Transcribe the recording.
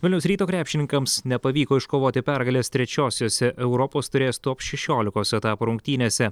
vilniaus ryto krepšininkams nepavyko iškovoti pergalės trečiosiose europos taurės top šešiolikos etapo rungtynėse